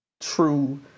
true